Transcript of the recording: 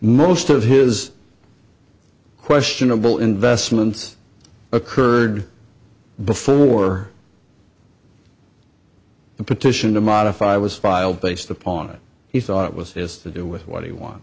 most of his questionable investments occurred before the petition to modify was filed based upon it he thought it was his to do with what he w